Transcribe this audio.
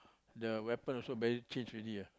the weapon also very change already ah